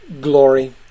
Glory